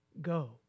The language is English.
Go